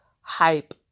hype